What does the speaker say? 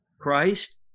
Christ